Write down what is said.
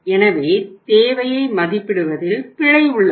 எனவே தேவையை மதிப்பிடுவதில் பிழை உள்ளது